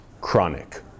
chronic